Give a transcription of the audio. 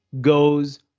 goes